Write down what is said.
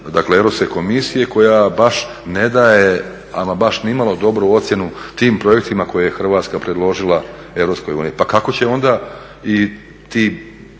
dakle Europske komisije koja baš ne daje ama baš nimalo dobru ocjenu tim projektima koje je Hrvatska predložila EU. Pa kako će onda i ti